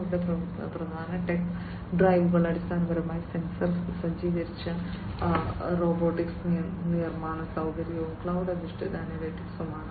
അവരുടെ പ്രധാന ടെക് ഡ്രൈവറുകൾ അടിസ്ഥാനപരമായി സെൻസർ സജ്ജീകരിച്ച റോബോട്ടിക് നിർമ്മാണ സൌകര്യവും ക്ലൌഡ് അധിഷ്ഠിത അനലിറ്റിക്സുമാണ്